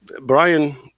brian